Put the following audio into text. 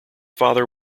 father